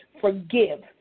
forgive